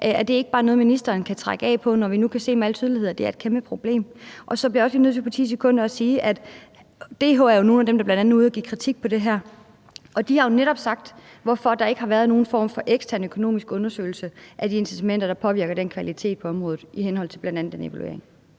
Er det ikke noget, ministeren bare kan trække af på, når vi nu med al tydelighed kan se, at det er et kæmpe problem? Så bliver jeg også lige nødt til på 10 sekunder at sige, at DH jo er nogle af dem, der bl.a er ude at give kritik af det her, og de har jo netop spurgt, hvorfor der ikke har været nogen form for ekstern økonomisk undersøgelse af de incitamenter, der påvirker den kvalitet på området, i henhold til bl.a. den evaluering.